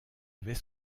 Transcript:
avait